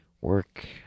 Work